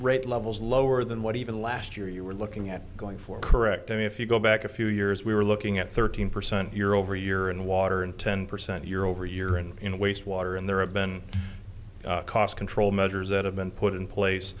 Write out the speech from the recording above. right levels lower than what even last year you were looking at going for correct i mean if you go back a few years we were looking at thirteen percent year over year in water and ten percent year over year and in wastewater and there have been cost control measures that have been put in place